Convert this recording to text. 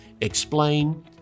explain